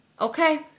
okay